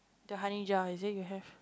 the honey jar is it you have